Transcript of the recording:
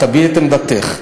את תביעי את עמדתך.